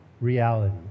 reality